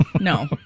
No